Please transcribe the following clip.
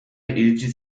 iritsi